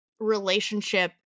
Relationship